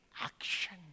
action